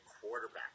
quarterback